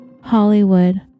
Hollywood